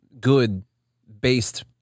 good-based